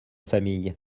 famille